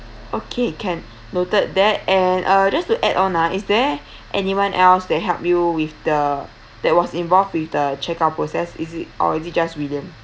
okay can noted that and uh just to add on ah is there anyone else they help you with the that was involved with the check out process is it or is it just william